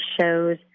shows